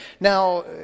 Now